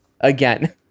again